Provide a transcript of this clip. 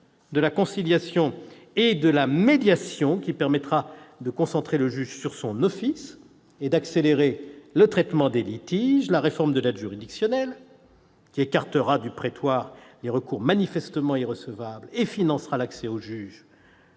de la conciliation et de la médiation concentrera le juge sur son office et accélérera le traitement des litiges. La réforme de l'aide juridictionnelle écartera du prétoire les recours manifestement irrecevables et financera l'accès au juge